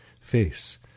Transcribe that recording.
face